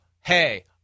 hey